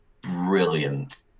brilliant